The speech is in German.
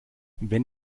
wenn